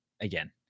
again